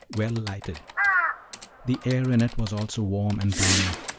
well-lighted the air in it was also warm and balmy,